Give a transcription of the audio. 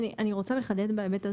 אני רוצה לחדד משהו בהיבט הזה.